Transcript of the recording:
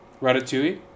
Ratatouille